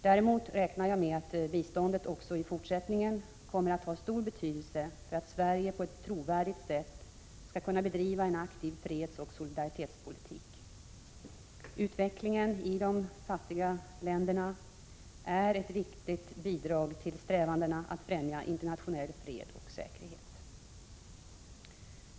Däremot räknar jag med att biståndet också i fortsättningen kommer att ha stor betydelse för att Sverige på ett trovärdigt sätt skall kunna bedriva en aktiv fredsoch solidaritetspolitik. Utveckling ide 5 fattiga länderna är ett viktigt bidrag till strävandena att främja internationell fred och säkerhet.